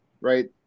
right